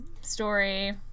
story